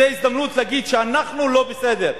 זה הזדמנות להגיד שאנחנו לא בסדר,